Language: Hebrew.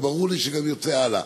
וברור לי שגם ירצה הלאה.